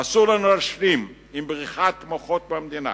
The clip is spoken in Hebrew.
אסור לנו להשלים עם בריחת מוחות מהמדינה.